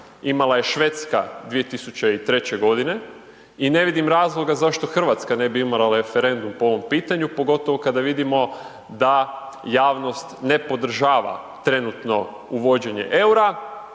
imala je Švedska 2003. godine i ne vidim razloga zašto Hrvatska ne bi imala referendum po ovom pitanju pogotovo kada vidimo da javnost ne podržava trenutno uvođenje EUR-a,